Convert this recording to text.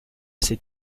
ces